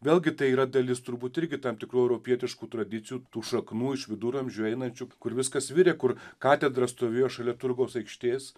vėlgi tai yra dalis turbūt irgi tam tikrų europietiškų tradicijų tų šaknų iš viduramžių einančių kur viskas virė kur katedra stovėjo šalia turgaus aikštės